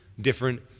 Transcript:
different